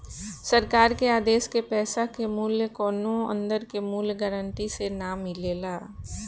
सरकार के आदेश के पैसा के मूल्य कौनो अंदर के मूल्य गारंटी से ना मिलेला